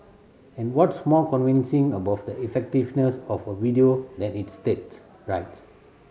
and what's more convincing about the effectiveness of a video than its stats right